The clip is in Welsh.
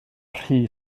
rhy